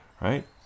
right